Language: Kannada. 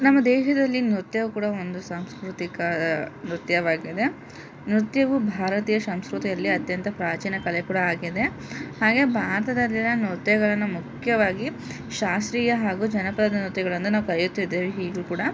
ನಮ್ಮ ದೇಶದಲ್ಲಿ ನೃತ್ಯವು ಕೂಡ ಒಂದು ಸಾಂಸ್ಕೃತಿಕ ನೃತ್ಯವಾಗಿದೆ ನೃತ್ಯವು ಭಾರತೀಯ ಸಂಸ್ಕೃತಿಯಲ್ಲಿ ಅತ್ಯಂತ ಪ್ರಾಚೀನ ಕಲೆ ಕೂಡ ಆಗಿದೆ ಹಾಗೆ ಭಾರತದಲ್ಲಿನ ನೃತ್ಯಗಳನ್ನು ಮುಖ್ಯವಾಗಿ ಶಾಸ್ತ್ರೀಯ ಹಾಗೂ ಜನಪದ ನೃತ್ಯಗಳೆಂದು ನಾವು ಕರೆಯುತ್ತಿದ್ದೇವೆ ಈಗ್ಲೂ ಕೂಡ